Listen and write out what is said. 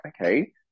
okay